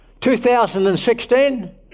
2016